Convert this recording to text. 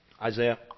Isaiah